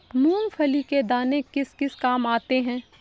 मूंगफली के दाने किस किस काम आते हैं?